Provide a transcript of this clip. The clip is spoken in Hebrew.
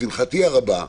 לשמחתי הרבה,